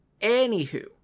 Anywho